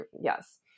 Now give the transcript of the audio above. yes